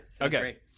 Okay